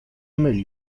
myli